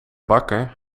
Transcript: bakker